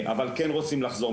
אבל כן רוצים לחזור,